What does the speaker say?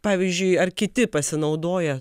pavyzdžiui ar kiti pasinaudoja